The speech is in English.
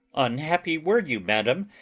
unhappy were you, madam,